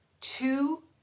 two